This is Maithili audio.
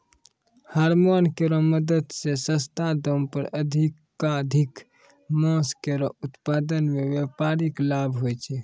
हारमोन केरो मदद सें सस्ता दाम पर अधिकाधिक मांस केरो उत्पादन सें व्यापारिक लाभ होय छै